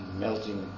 melting